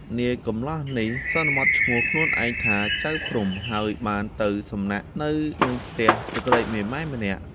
នាយកំលោះនេះ សន្មតឈ្មោះខ្លួនឯងថា ចៅព្រហ្ម ហើយបានទៅសំណាក់នៅនឹងផ្ទះស្ត្រីមេម៉ាយម្នាក់។